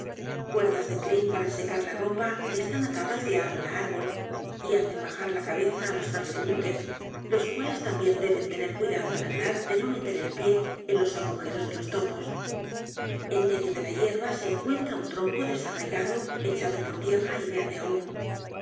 cuerdas de crin para secar la ropa están atadas de árbol á árbol y hacen bajar la cabeza á los transeuntes los cuales tambien deben tener cuidado al andar de no meter el pie en los agujeros de los topos en medio de la yerba se encuentra un tronco desarraigado echado por tierra y verde aun el